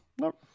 Nope